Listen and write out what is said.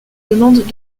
demandes